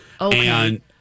Okay